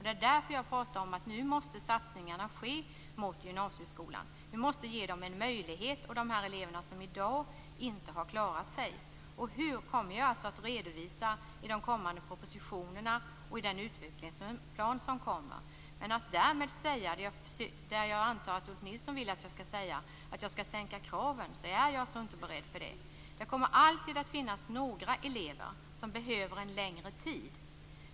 Det är därför jag pratar om att satsningarna på gymnasieskolan måste ske nu. Vi måste ge de elever som inte har klarat sig i dag en möjlighet. Hur kommer vi att redovisa i de kommande propositionerna och i den utvecklingsplan som kommer. Att därmed säga det jag antar att Ulf Nilsson vill att jag skall säga, att jag skall sänka kraven, är jag alltså inte beredd att göra. Det kommer alltid att finnas några elever som behöver en längre tid.